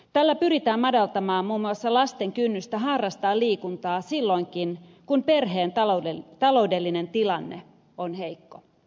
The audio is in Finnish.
tällä pyritään madaltamaan muun muassa lasten kynnystä harrastaa liikuntaa silloinkin kun perheen taloudellinen tilanne on heikko